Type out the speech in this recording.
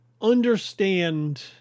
understand